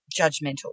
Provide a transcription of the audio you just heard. judgmental